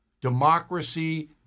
democracy